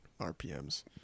rpms